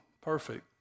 perfect